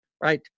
right